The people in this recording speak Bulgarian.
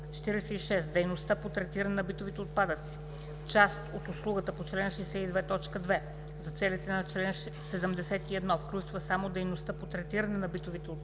46. „Дейността по третиране на битовите отпадъци – част от услугата по чл. 62, т. 2“ за целите на чл. 71 включва само дейността по третиране на битови отпадъци,